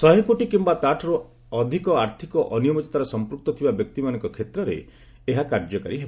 ଶହେ କୋଟି କିମ୍ବା ତାଠାରୁ ଅଧିକ ଆର୍ଥିକ ଅନିୟମିତତାରେ ସମ୍ପୃକ୍ତ ଥିବା ବ୍ୟକ୍ତିମାନଙ୍କ କ୍ଷେତ୍ରରେ ଏହା କାର୍ଯ୍ୟକାରୀ ହେବ